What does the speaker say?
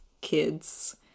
kids